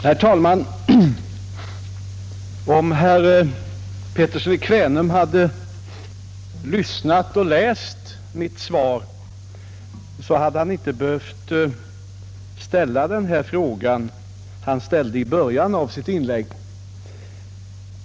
Herr talman! Om herr Pettersson i Kvänum hade lyssnat till mitt svar, så hade han inte behövt ställa den fråga som han ställde i början av sitt inlägg.